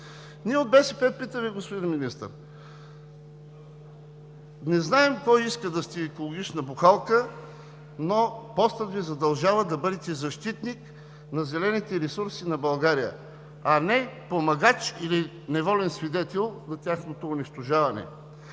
Ние от БСП питаме, господин Министър! Не знаем кой иска да сте екологична бухалка, но постът Ви задължава да бъдете защитник на зелените ресурси на България, а не помагач или неволен свидетел на тяхното унищожаване.